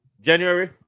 January